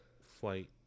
flight